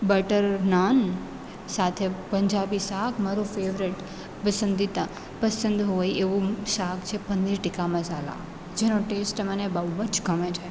butter naan સાથે પંજાબી શાક મારું ફેવરીટ પસંદીદા પસંદ હોય એવું શાક છે પનીર ટીકા મસાલા જેનો ટેસ્ટ મને બહુ જ ગમે છે